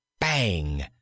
BANG